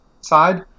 side